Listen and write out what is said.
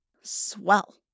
Swell